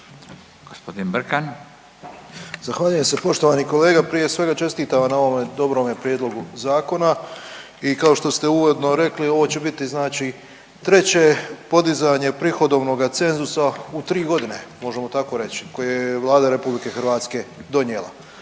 Jure (HDZ)** Zahvaljujem se. Poštovani kolega čestitam vam na ovome dobrome prijedlogu zakona i kao što ste uvodno rekli ovo će biti znači treće podizanje prihodovnoga cenzusa u tri godine, možemo tako reći, koje je Vlada Republike Hrvatske donijela.